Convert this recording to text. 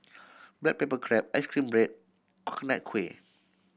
black pepper crab ice cream bread Coconut Kuih